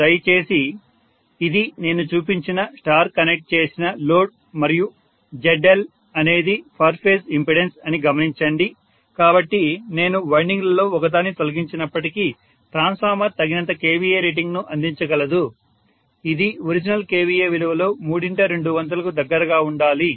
దయచేసి ఇది నేను చూపించిన స్టార్ కనెక్ట్ చేసిన లోడ్ మరియు ZL అనేది పర్ ఫేజ్ ఇంపెడెన్స్ అని గమనించండి కాబట్టి నేను వైండింగ్లలో ఒకదాన్ని తొలగించినప్పటికీ ట్రాన్స్ఫార్మర్ తగినంత KVA రేటింగ్ ను అందించగలదు ఇది ఒరిజినల్ KVA విలువలో మూడింట రెండు వంతులకు దగ్గరగా ఉండాలి